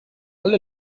alle